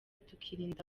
tukirinda